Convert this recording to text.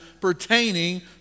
pertaining